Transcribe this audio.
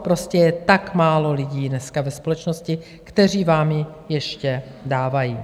Proto je tak málo lidí dneska ve společnosti, kteří vám ji ještě dávají.